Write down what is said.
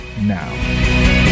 now